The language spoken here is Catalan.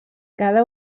cada